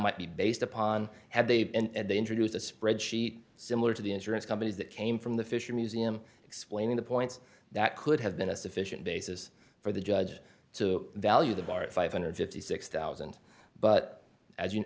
might be based upon have they and they introduced a spreadsheet similar to the insurance companies that came from the fisher museum explaining the points that could have been a sufficient basis for the judge to value the bar at five hundred and fifty six thousand but as